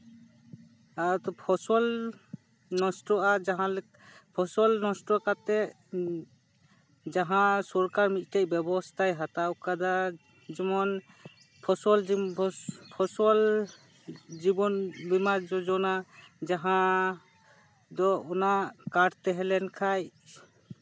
ᱟᱨ ᱛᱚ ᱯᱷᱚᱥᱚᱞ ᱱᱚᱥᱴᱚᱜᱼᱟ ᱡᱟᱦᱟᱸᱞᱮᱠᱟ ᱯᱷᱚᱥᱚᱞ ᱱᱚᱥᱴᱚ ᱠᱟᱛᱮ ᱡᱟᱦᱟᱸ ᱥᱚᱨᱠᱟᱨ ᱢᱤᱫᱴᱮᱱ ᱵᱮᱵᱚᱥᱛᱟᱭ ᱦᱟᱛᱟᱣ ᱟᱠᱟᱫᱟ ᱡᱮᱢᱚᱱ ᱯᱷᱚᱥᱚᱞ ᱯᱷᱚᱥᱚᱞ ᱡᱤᱵᱚᱱ ᱵᱤᱢᱟ ᱡᱳᱡᱚᱱᱟ ᱡᱟᱦᱟᱸ ᱫᱚ ᱚᱱᱟ ᱠᱟᱨᱰ ᱛᱟᱦᱮᱸ ᱞᱮᱱ ᱠᱷᱟᱱ